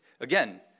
Again